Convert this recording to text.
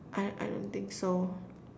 I I don't think so